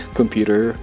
computer